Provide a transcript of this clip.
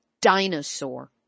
dinosaur